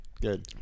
Good